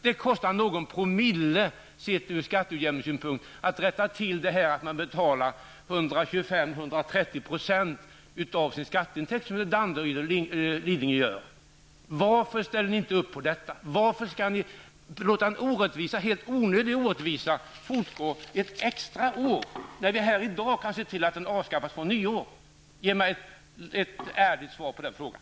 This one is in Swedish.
Det kostar någon promille, sett ur skatteutjämningssynpunkt, att rätta till detta att man som i Danderyd och Lidingö betalar 125-- 130 % av sin skatteintäkt. Varför ställer ni inte upp på det? Varför låter ni en helt onödig orättvisa fortgå ett extra år, när vi här i dag kan se till att avskaffa detta fr.o.m. nyår? Ge mig ett ärligt besked på den punkten!